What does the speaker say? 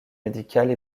médicales